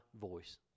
voice